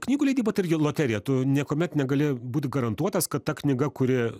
knygų leidyba tai irgi loterija tu niekuomet negali būt garantuotas kad ta knyga kuri